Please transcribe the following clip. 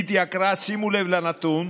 שימו לב לנתון: